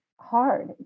hard